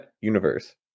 Universe